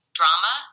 drama